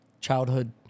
childhood